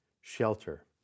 shelter